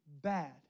bad